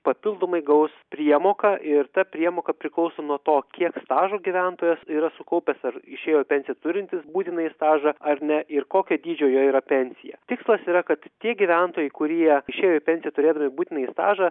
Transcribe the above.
papildomai gaus priemoką ir ta priemoka priklauso nuo to kiek stažo gyventojas yra sukaupęs ar išėjo į pensiją turintis būtinąjį stažą ar ne ir kokio dydžio jo yra pensija tikslas yra kad tie gyventojai kurie išėjo į pensiją turėdami būtinąjį stažą